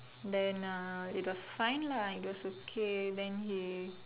then uh it was fine lah it was okay then he